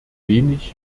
wenig